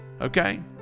okay